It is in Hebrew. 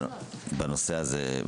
בנושא הזה.